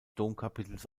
domkapitels